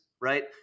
right